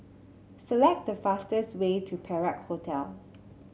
select the fastest way to Perak Hotel